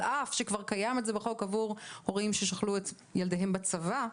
על אף שכבר קיים את זה בחוק עבור הורים ששכלו את ילדיהם בצבא,